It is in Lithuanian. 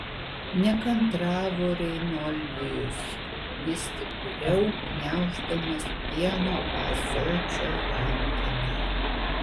nekantravo reinoldijus vis stipriau gniauždamas pieno ąsočio rankeną